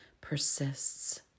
persists